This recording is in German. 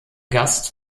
gast